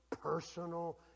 personal